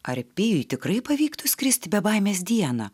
ar pijui tikrai pavyktų skristi be baimės dieną